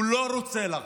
הוא לא רוצה להחזיר.